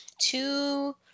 two